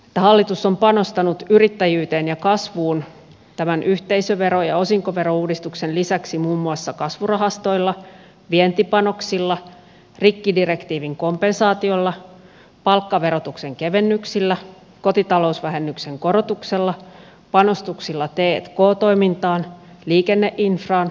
hallitus on panostanut yrittäjyyteen ja kasvuun tämän yhteisövero ja osinkoverouudistuksen lisäksi muun muassa kasvurahastoilla vientipanoksilla rikkidirektiivin kompensaatiolla palkkaverotuksen kevennyksillä kotitalousvähennyksen korotuksella panostuksilla t k toimintaan liikenneinfraan ja rakennusalalle